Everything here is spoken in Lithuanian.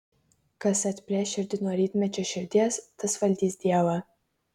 kas atplėš širdį nuo rytmečio širdies tas valdys dievą